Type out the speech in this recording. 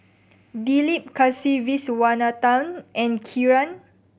Dilip Kasiviswanathan and Kiran